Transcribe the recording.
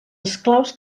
esclaus